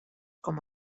com